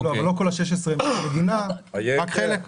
לא, אבל לא כל ה-16,000 הם של המדינה, רק חלק.